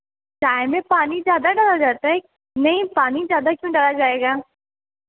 चाय में पानी ज़्यादा डाला जाता है नहीं पानी ज़्यादा क्यों डाला जाएगा